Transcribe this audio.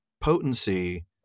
potency